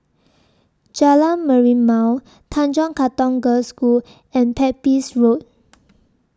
Jalan Merlimau Tanjong Katong Girls' School and Pepys Road